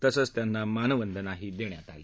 तसंच त्यांना मानवंदनाही देण्यात आली